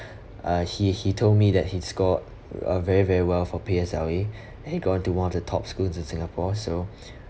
uh he he told me that he scored uh very very well for P_S_L_E and he got into one of the top schools in singapore so